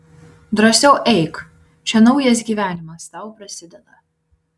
drąsiau eik čia naujas gyvenimas tau prasideda